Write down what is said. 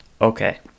Okay